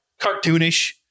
cartoonish